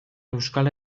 euskal